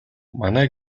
манай